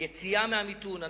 היציאה מן המיתון,